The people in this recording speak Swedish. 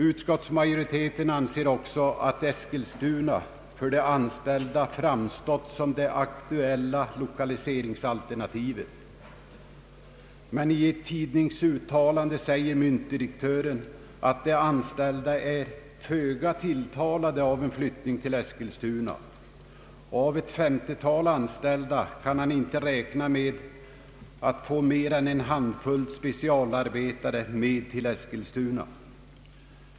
Utskottsmajoriteten anser också att Eskilstuna för de anställda framstått som det aktuella lokaliseringsalternativet. I ett tidningsuttalande säger emellertid myntdirektören att de anställda är föga tilltalade av en flyttning till Eskilstuna. Av ett 50-tal anställda, säger han, kan han inte räkna med att få mer än en handfull specialarbetare att följa med till Eskilstuna.